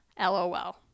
LOL